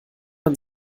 man